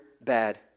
bad